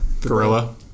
Gorilla